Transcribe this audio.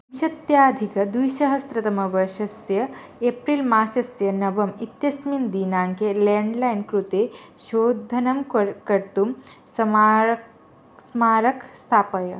विंशत्यधिकद्विसस्रतमवर्षस्य April मासस्य नवमः इत्यस्मिन् दिनाङ्के लाण्ड्लैन् कृते शोधनं कर्तुं कर्तुं स्मारकं स्मारकं स्थापय